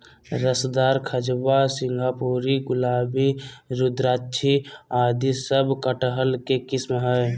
रसदार, खजवा, सिंगापुरी, गुलाबी, रुद्राक्षी आदि सब कटहल के किस्म हय